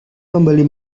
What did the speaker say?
membeli